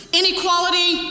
inequality